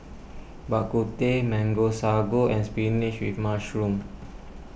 Bak Kut Teh Mango Sago and Spinach with Mushroom